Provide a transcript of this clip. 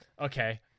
okay